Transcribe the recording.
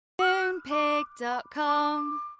Moonpig.com